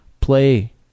Play